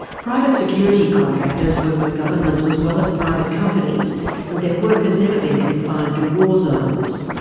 private security contractors work for governments as well as private companies and their work has never been confined to war zones.